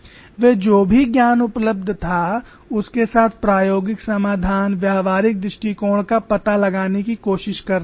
वे जो भी ज्ञान उपलब्ध था उसके साथ प्रायोगिक समाधान व्यावहारिक दृष्टिकोण का पता लगाने की कोशिश कर रहे थे